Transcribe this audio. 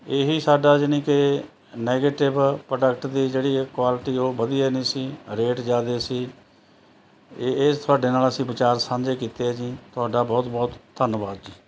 ਇਹ ਸਾਡਾ ਯਾਨੀ ਕਿ ਨੈਗੇਟਿਵ ਪ੍ਰੋਡਕਟ ਦੀ ਜਿਹੜੀ ਕੁਆਲਟੀ ਉਹ ਵਧੀਆ ਨਹੀਂ ਸੀ ਰੇਟ ਜ਼ਿਆਦਾ ਸੀ ਇਹ ਇਹ ਤੁਹਾਡੇ ਨਾਲ ਅਸੀਂ ਵਿਚਾਰ ਸਾਂਝੇ ਕੀਤੇ ਹੈ ਜੀ ਤੁਹਾਡਾ ਬਹੁਤ ਬਹੁਤ ਧੰਨਵਾਦ ਜੀ